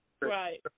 Right